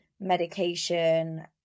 Medication